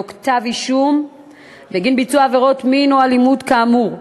כתב-אישום בגין ביצוע עבירות מין או אלימות כאמור.